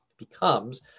becomes